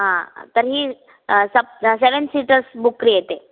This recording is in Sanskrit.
तर्हि सप्त सेवेन् सीटर्स् बुक् क्रियते